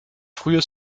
früher